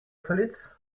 solids